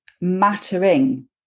mattering